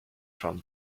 from